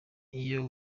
iyo